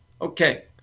okay